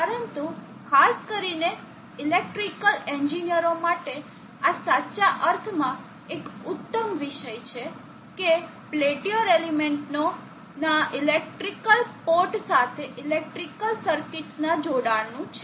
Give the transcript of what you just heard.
પરંતુ ખાસ કરીને ઇલેક્ટ્રિકલ એન્જિનિયરો માટે આ સાચા અર્થમાં એક ઉત્તમ વિષય છે કે પેલ્ટીયર એલિમેન્ટનો ના ઇલેક્ટ્રિકલ પોર્ટ સાથે ઇલેક્ટ્રિકલ સર્કિટ્સના જોડાણ નું છે